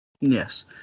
Yes